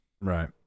Right